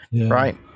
right